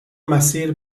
مسیر